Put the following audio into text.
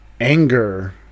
anger